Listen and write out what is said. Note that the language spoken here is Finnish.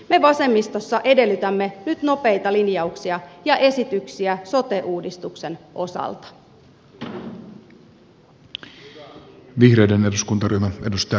me vasemmistossa edellytämme nyt nopeita linjauksia ja esityksiä sote uudistuksen osalta